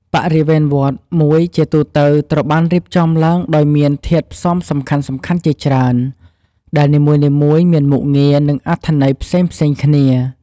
បរិវេណវត្តមួយជាទូទៅត្រូវបានរៀបចំឡើងដោយមានធាតុផ្សំសំខាន់ៗជាច្រើន ដែលនីមួយៗមានមុខងារ និងអត្ថន័យផ្សេងៗគ្នា។